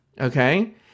okay